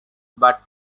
but